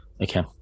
Okay